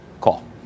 call